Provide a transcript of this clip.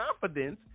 confidence